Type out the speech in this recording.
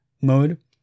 mode